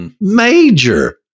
Major